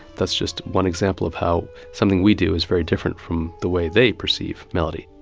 that's just one example of how something we do is very different from the way they perceive melody.